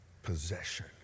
possession